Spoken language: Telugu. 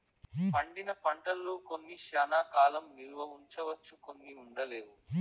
పండిన పంటల్లో కొన్ని శ్యానా కాలం నిల్వ ఉంచవచ్చు కొన్ని ఉండలేవు